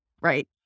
right